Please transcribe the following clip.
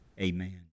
amen